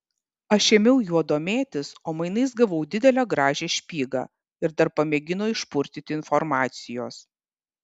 aš ėmiau juo domėtis o mainais gavau didelę gražią špygą ir dar pamėgino išpurtyti informacijos